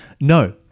No